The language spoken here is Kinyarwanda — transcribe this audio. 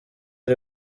ari